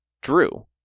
drew